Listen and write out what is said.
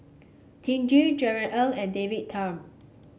Tee Tjin Jerry Ng and David Tham